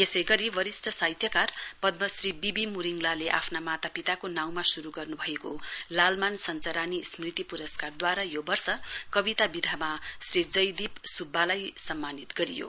यसै गरी वरिस्ट साहित्यकार पद्मश्री बी बी मुरिङलाले आफ्ना माता पिताको नाँउमा शुरु गर्नुभएको लालमान सञ्चरानी स्मृति पुरस्कार दूवारा यो वर्ष कविता विधामा श्री जयदीप सुब्बालाई सम्मानित गरियो